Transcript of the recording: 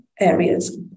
areas